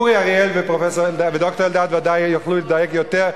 אורי אריאל וד"ר אלדד ודאי יוכלו לדייק יותר.